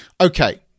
Okay